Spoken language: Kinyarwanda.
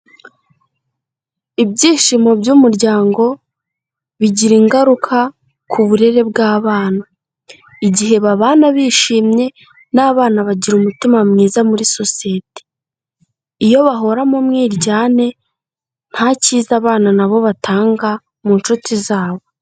Ibyishimo by'umuryango bigira ingaruka ku burere bw'abana, igihe babana bishimye n'abana bagira umutima mwiza muri sosiyete, iyo bahora mu mwiryane nta cyiza abana nabo batanga mu nshuti zabo.